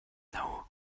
know